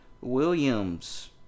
Williams